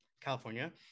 California